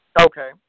Okay